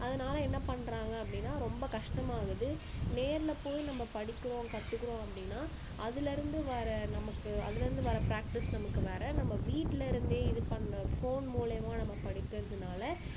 அதனால் என்ன பண்ணுறாங்க அப்படின்னா ரொம்ப கஷ்டமாகுது நேரில் போய் நம்ம படிக்கிறோம் கற்றுக்குறோம் அப்படின்னா அதில் இருந்து வர நமக்கு அதுலேர்ந்து வர ப்ராக்ட்டிஸ் நமக்கு வர நம்ம வீட்டில் இருந்தே இது பண்ண ஃபோன் மூலையமாக நம்ம படிக்கிறதுனால்